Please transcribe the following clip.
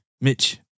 Mitch